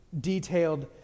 detailed